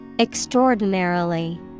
Extraordinarily